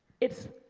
it's